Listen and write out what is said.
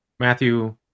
Matthew